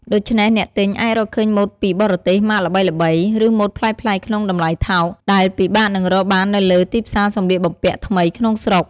ដូច្នេះអ្នកទិញអាចរកឃើញម៉ូដពីបរទេស ម៉ាកល្បីៗ ឬម៉ូដប្លែកៗក្នុងតម្លៃថោក ដែលពិបាកនឹងរកបាននៅលើទីផ្សារសម្លៀកបំពាក់ថ្មីក្នុងស្រុក។